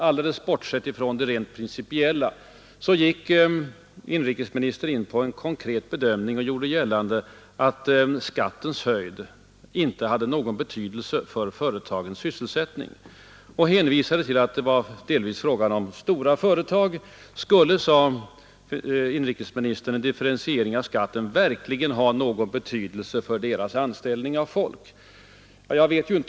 Alldeles bortsett från de rent principiella aspekterna gick inrikesministern in på en konkret bedömning av frågan och gjorde gällande att skattens höjd inte hade någon betydelse för företagens sysselsättning samt hänvisade till att det var fråga om stora företag. Skulle, undrade inrikesministern, en differentiering av skatten verkligen ha någon betydelse för deras anställande av folk? Och hans svar var nej.